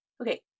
Okay